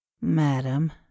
Madam